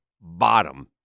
bottom